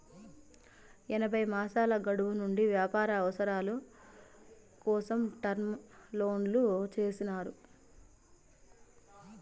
ఎనభై మాసాల గడువు నుండి వ్యాపార అవసరాల కోసం టర్మ్ లోన్లు చేసినారు